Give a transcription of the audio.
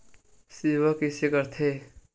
सेवा कइसे करथे?